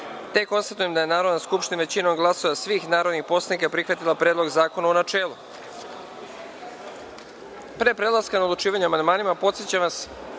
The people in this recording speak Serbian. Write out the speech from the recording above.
poslanika. Konstatujem da je Narodna skupština većinom glasova svih narodnih poslanika prihvatila Predlog zakona u načelu. Pre prelaska na odlučivanje o amandmanima, podsećam vas